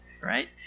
right